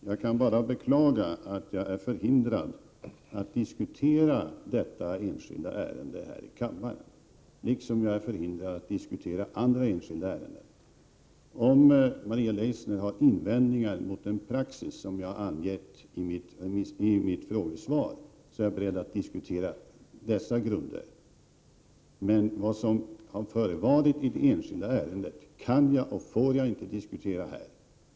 Herr talman! Jag kan bara beklaga att jag är förhindrad att diskutera detta enskilda ärende i kammaren liksom jag är förhindrad att diskutera andra enskilda ärenden. Om Maria Leissner har invändningar mot den praxis som jag har angett i frågesvaret, är jag beredd att diskutera dess grunder, men vad som har förevarit i det enskilda ärendet kan jag och får jag inte diskutera här.